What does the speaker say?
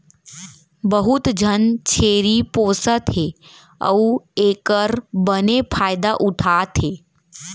बहुत झन छेरी पोसत हें अउ एकर बने फायदा उठा थें